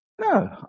no